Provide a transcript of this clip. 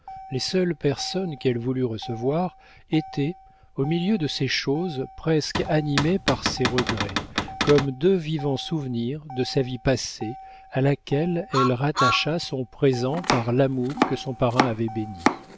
les seules personnes qu'elle voulût recevoir étaient au milieu de ces choses presque animées par ses regrets comme deux vivants souvenirs de sa vie passée à laquelle elle rattacha son présent par l'amour que son parrain avait béni